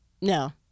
no